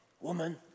woman